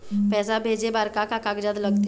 पैसा भेजे बार का का कागजात लगथे?